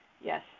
Yes